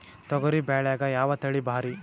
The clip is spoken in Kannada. ತೊಗರಿ ಬ್ಯಾಳ್ಯಾಗ ಯಾವ ತಳಿ ಭಾರಿ?